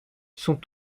sont